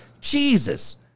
Jesus